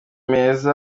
meza